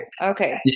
Okay